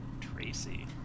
Tracy